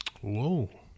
Whoa